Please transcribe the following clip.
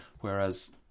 Whereas